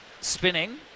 spinning